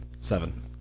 Seven